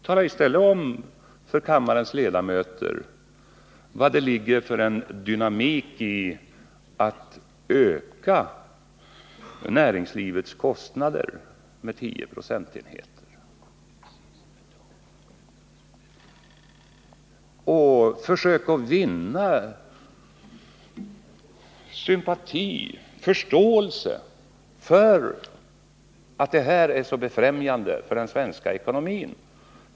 Tala i stället om för kammarens ledamöter vad det är för dynamik som ligger i att öka näringslivets kostnader med 10 procentenheter! Försök att vinna sympati, förståelse, för att det här är så befrämjande för den svenska ekonomin!